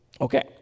Okay